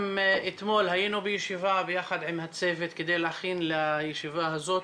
גם אתמול היינו בישיבה ביחד עם הצוות כדי להכין לישיבה הזאת